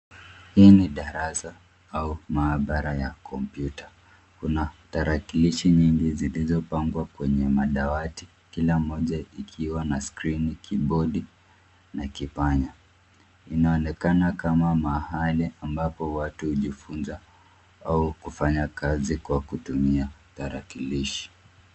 Darasa ama maabara ya kompyuta. Kuna tarakilishi nyingi zilizopangwa kwenye madawati, kila moja ikiwa na skrini, kibodi na kipanya. Inaonekana kama mahali ambapo watu hujifunza au kufanya kazi kwa kutumia tarakilishi.